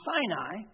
Sinai